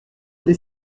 des